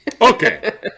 Okay